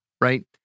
right